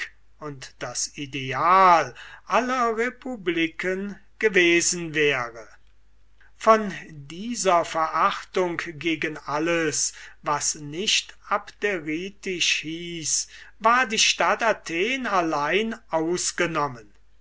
und das ideal aller republiken gewesen wäre von dieser verachtung gegen alles was nicht abderitisch hieß war die stadt athen allein ausgenommen